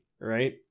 right